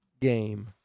game